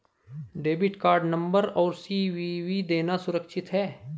Debit card number और CVV देना सुरक्षित है?